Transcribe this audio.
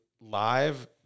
live